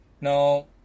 Now